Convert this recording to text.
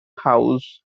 house